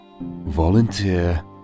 volunteer